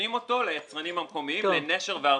ונותנים אותו ליצרנים המקומיים ב"נשר" ו"הר-טוב",